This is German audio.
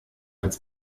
als